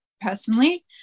personally